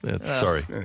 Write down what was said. Sorry